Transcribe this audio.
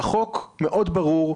החוק מאוד ברור,